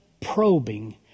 probing